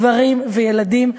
גברים וילדים,